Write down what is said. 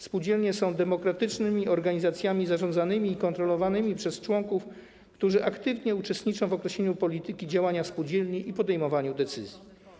Spółdzielnie są demokratycznymi organizacjami zarządzanymi i kontrolowanymi przez członków, którzy aktywnie uczestniczą w określeniu polityki działania spółdzielni i podejmowaniu decyzji.